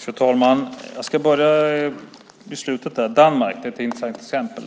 Fru talman! Jag ska börja i slutet. Danmark är ett intressant exempel.